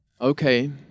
okay